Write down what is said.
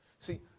See